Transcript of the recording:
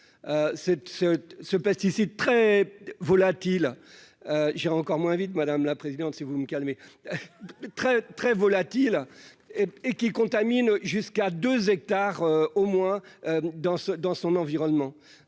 ce pesticide très volatile, j'ai encore moins vite, madame la présidente, si vous me calmer très très volatile et qui contamine jusqu'à 2 hectares au moins dans ce dans son environnement,